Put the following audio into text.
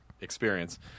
experience